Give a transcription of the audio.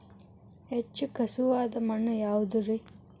ಹೆಚ್ಚು ಖಸುವಾದ ಮಣ್ಣು ಯಾವುದು ರಿ?